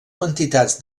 quantitats